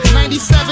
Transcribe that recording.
97